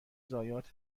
ضایعات